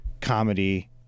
comedy